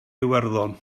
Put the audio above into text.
iwerddon